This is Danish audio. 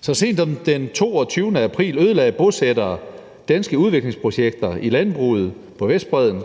Så sent som den 22. april ødelagde bosættere danske udviklingsprojekter i landbruget på Vestbredden,